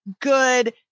good